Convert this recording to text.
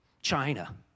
China